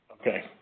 Okay